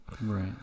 right